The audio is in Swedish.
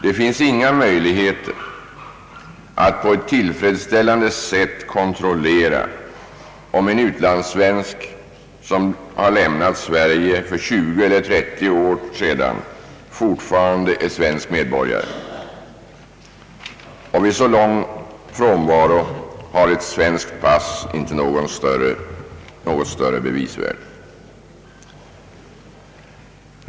Det finns inga möjligheter att på ett tillförlitligt sätt kontrollera om en utlandssvensk som lämnat Sverige för 20 eller 30 år sedan fortfarande är svensk medborgare. Vid så lång frånvaro har ett svenskt pass inte något större bevisvärde.